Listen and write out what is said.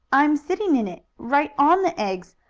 i'm sitting in it right on the eggs,